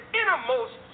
innermost